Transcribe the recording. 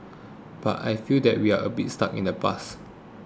but I feel that we are a bit stuck in the past